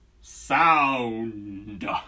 sound